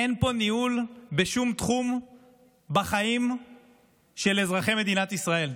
אין פה ניהול בשום תחום בחיים של אזרחי מדינת ישראל,